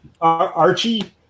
Archie